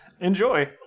enjoy